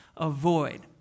avoid